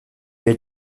che